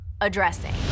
addressing